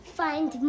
find